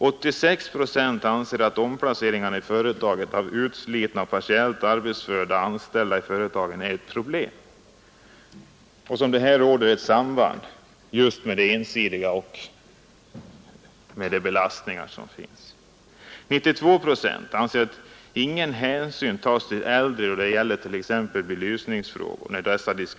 86 procent anser att omplaceringarna i företagen av utslitna och partiellt arbetsföra anställda är ett problem — och att det här råder ett samband med just det ensidiga arbetet och belastningarna. 92 procent anser att ingen hänsyn tas till äldre då t.ex. belysningsfrågor diskuteras.